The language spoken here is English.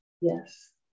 Yes